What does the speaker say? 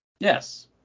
Yes